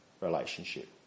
relationship